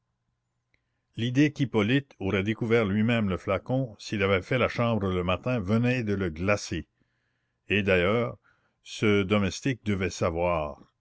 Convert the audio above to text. l'idée qu'hippolyte aurait découvert lui-même le flacon s'il avait fait la chambre le matin venait de le glacer et d'ailleurs ce domestique devait savoir